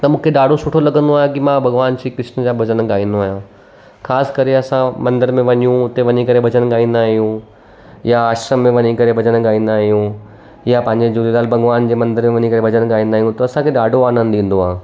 त मूंखे ॾाढो सुठो लॻंदो आहे की मां भॻवानु श्री कृष्ण जा भॼन ॻाईंदो आहियां ख़ासि करे असां मंदर में वञूं उते वञी करे भॼन ॻाईंदा आहियूं या आश्रम में वञी करे भॼन ॻाईंदा आहियूं या पंहिंजे झूलेलाल भॻवान जे मंदर में वञी करे भॼन ॻाईंदा आहियूं त असांखे ॾाढो आनंद ईंदो आहे